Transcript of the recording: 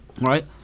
right